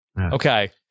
Okay